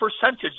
percentage